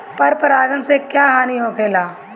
पर परागण से क्या हानि होईला?